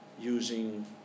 using